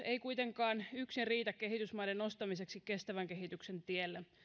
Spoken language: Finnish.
ei kuitenkaan yksin riitä kehitysmaiden nostamiseksi kestävän kehityksen tielle